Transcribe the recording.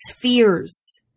fears